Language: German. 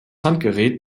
handgerät